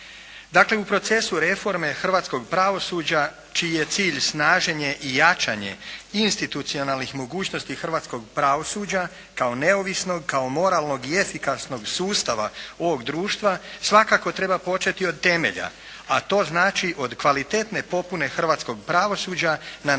Dakle, u procesu reforme hrvatskog pravosuđa čiji je cilj snaženje i jačanje institucionalnih mogućnosti hrvatskog pravosuđa kao neovisnog, kao moralnog i efikasnog sustava ovog društva, svakako treba početi od temelja, a to znači od kvalitetne popune hrvatskog pravosuđa na način